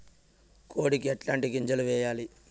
కోడికి ఎట్లాంటి గింజలు వేయాలి?